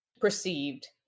perceived